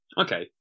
okay